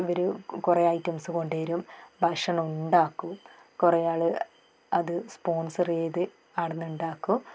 ഇവർ കുറെ ഐറ്റംസ് കൊണ്ടു വരും ഭക്ഷണം ഉണ്ടാക്കും കുറെ ആള് അത് സ്പോൺസർ ചെയ്ത് അവിടുന്ന് ഉണ്ടാക്കും